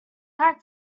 heart